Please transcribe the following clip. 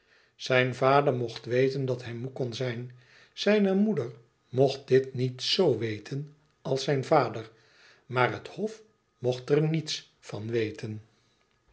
zijn vader mocht weten dat hij moê kon zijn zijne moeder mocht dit niet z weten als zijn vader maar het hof mocht er niets van weten